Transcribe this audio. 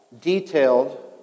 detailed